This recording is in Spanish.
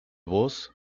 vos